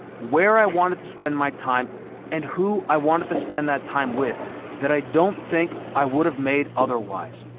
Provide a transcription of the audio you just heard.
where i wanted to spend my time and who i wanted to spend that time with that i don't think i would have made otherwise.